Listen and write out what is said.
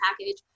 package